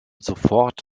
sofort